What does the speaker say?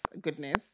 goodness